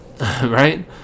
right